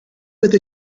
with